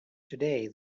today